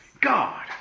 God